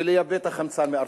ולייבא את החמצן מארצות-הברית.